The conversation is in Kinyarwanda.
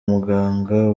muganga